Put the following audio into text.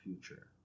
future